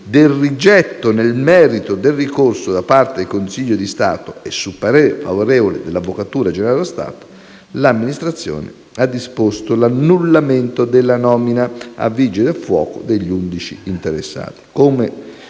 del rigetto nel merito del ricorso da parte del Consiglio di Stato e su parere favorevole dell'Avvocatura generale dello Stato, l'amministrazione ha disposto l'annullamento della nomina a vigile del fuoco degli 11 interessati.